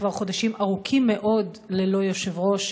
כבר חודשים ארוכים מאוד ללא יושב-ראש,